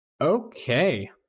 Okay